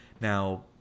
Now